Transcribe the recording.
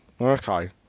Okay